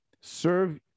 serve